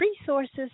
resources